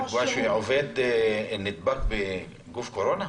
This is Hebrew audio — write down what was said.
לקבוע שעובד נדבק בנגיף הקורונה?